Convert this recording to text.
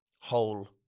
whole